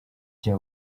jya